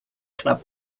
club